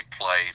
play